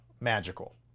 magical